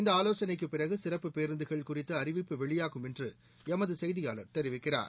இந்தஆலோசனைக்குப் பிறகுசிறப்பு பேருந்துகள் குறித்தஅறிவிப்பு வெளியாகும் என்றுஎமதுசெய்தியாளர் தெரிவிக்கிறார்